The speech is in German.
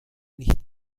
nicht